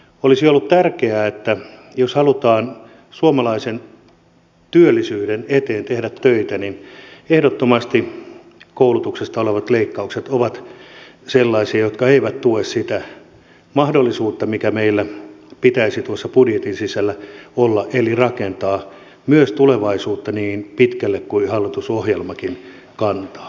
olisi ollut tärkeää huomioida että jos halutaan suomalaisen työllisyyden eteen tehdä töitä niin ehdottomasti koulutuksesta tehtävät leikkaukset ovat sellaisia jotka eivät tue sitä mahdollisuutta mikä meillä pitäisi budjetin sisällä olla eli rakentaa myös tulevaisuutta niin pitkälle kuin hallitusohjelmakin kantaa